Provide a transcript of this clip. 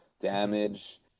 damage